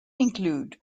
include